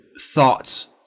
thoughts